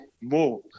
more